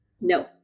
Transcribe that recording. No